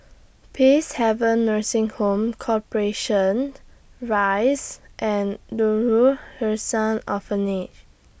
Peacehaven Nursing Home Corporation Rise and Darul Ihsan Orphanage